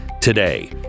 today